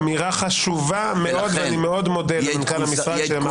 אמירה חשובה מאוד ואני מודה מאוד למנכ"ל המשרד שאמר אותה.